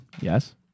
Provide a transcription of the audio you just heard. Yes